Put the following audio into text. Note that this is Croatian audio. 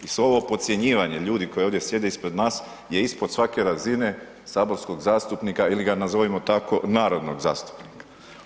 I sve ovo podcjenjivanje ljudi koji ovdje sjede ispred nas je ispod svake razine saborskog zastupnika, ili ga nazovimo tako, narodnog zastupnika.